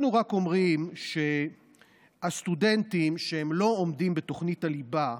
אנחנו רק אומרים שהסטודנטים שלא עומדים בתוכנית הליבה,